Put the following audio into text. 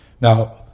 Now